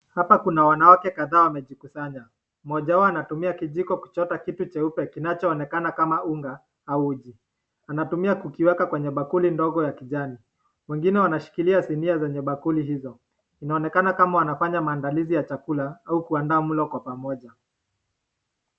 Hapa kuna wanawake kadhaa wamejikusanya. Mmoja wao anatumia kijiko kuchota kitu cheupe kinachoonekana kama unga au uji anatumia kukiweka kwenye bakuli ndogo ya kijani. Wengine wanashikilia sinia zenye bakuli hizo inaonekana kama wanafanya maandalizi ya chakula au kuandaa mlo kwa pamoja.